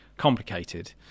complicated